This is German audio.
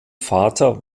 vater